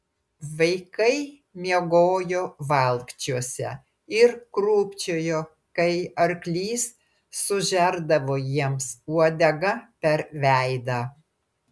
vaikai miegojo valkčiuose ir krūpčiojo kai arklys sužerdavo jiems uodega per veidą